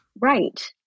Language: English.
right